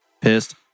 Pissed